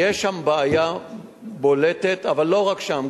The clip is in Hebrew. יש שם בעיה בולטת, אבל לא רק שם.